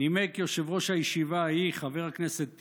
נימק יושב-ראש הישיבה ההיא, חבר הכנסת טיבי,